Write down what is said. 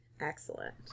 excellent